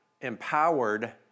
empowered